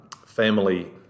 family